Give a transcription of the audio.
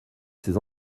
ces